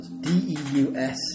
D-E-U-S